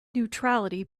neutrality